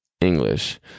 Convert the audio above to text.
english